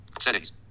settings